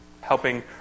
Helping